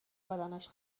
بدنش